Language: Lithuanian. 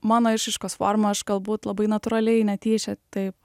mano išraiškos forma aš galbūt labai natūraliai netyčia taip